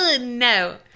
no